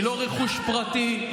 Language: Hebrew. היא לא רכוש פרטי.